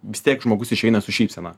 vis tiek žmogus išeina su šypsena